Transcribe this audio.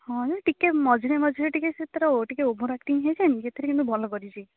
ହଁ ଟିକିଏ ମଝିରେ ମଝିରେ ଟିକିଏ ସେଥିରେ ଟିକିଏ ଓଭରଆକ୍ଟିଙ୍ଗ ହେଇଯାଏନି ସେଥିରେ କିନ୍ତୁ ଭଲ କରିଛି